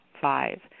five